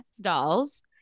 dolls